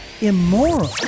immoral